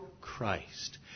Christ